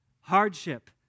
hardship